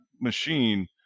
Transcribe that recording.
machine